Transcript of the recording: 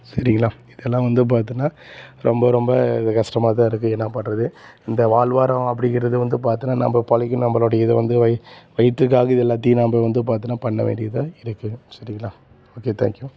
சரிங்களா இதெல்லாம் வந்து பார்த்தீன்னா ரொம்ப ரொம்ப கஷ்டமா தான் இருக்குது என்ன பண்ணுறது இந்த வாழ்வாரம் அப்படிங்கிறது வந்து பார்த்தீன்னா நம்ம பொழைக்கணும் நம்மளுடைய இதை வந்து வயி வயிற்றுக்காக இது எல்லாத்தையும் நாம் வந்து பார்த்தீன்னா பண்ண வேண்டியதாக இருக்குது சரிங்களா ஓகே தேங்க் யூ